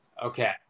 okay